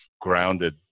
grounded